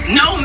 no